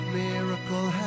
miracle